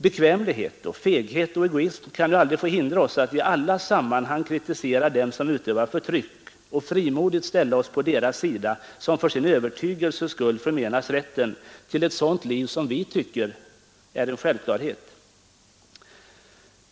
Bekvämlighet, feghet och egoism kan aldrig få hindra oss att i alla sammanhang kritisera dem som utövar förtryck och frimodigt ställa oss på deras sida, som för sin övertygelses skull förmenas rätten till ett sådant liv som vi tycker är en självklarhet.